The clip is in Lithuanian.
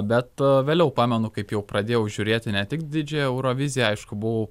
bet vėliau pamenu kaip jau pradėjau žiūrėti ne tik didžiąją euroviziją aišku buvau